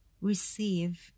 receive